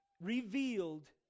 revealed